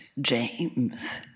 James